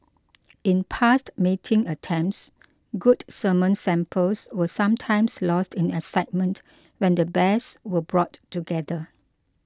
in past mating attempts good semen samples were sometimes lost in excitement when the bears were brought together